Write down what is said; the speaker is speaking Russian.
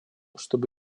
чтобы